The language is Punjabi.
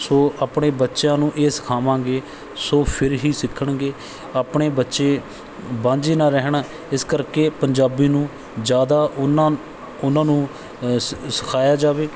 ਸੋ ਆਪਣੇ ਬੱਚਿਆਂ ਨੂੰ ਇਹ ਸਿਖਾਵਾਂਗੇ ਸੋ ਫਿਰ ਹੀ ਸਿੱਖਣਗੇ ਆਪਣੇ ਬੱਚੇ ਵਾਂਝੇ ਨਾ ਰਹਿਣ ਇਸ ਕਰਕੇ ਪੰਜਾਬੀ ਨੂੰ ਜ਼ਿਆਦਾ ਉਹਨਾਂ ਉਹਨਾਂ ਨੂੰ ਸ ਸਿਖਾਇਆ ਜਾਵੇ